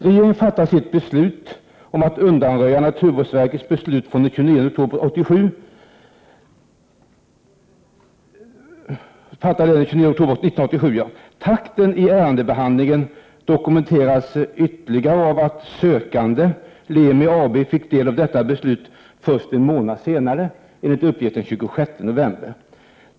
Regeringen fattade den 29 oktober 1987 beslut om att undanröja naturvårdsverkets beslut. Takten i ärendebehandlingen dokumenteras ytterligare av att Lemi AB fick del av detta beslut först en månad senare, enligt uppgift den 26 november.